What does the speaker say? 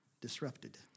Disrupted